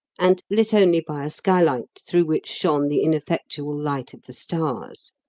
and lit only by a skylight through which shone the ineffectual light of the stars.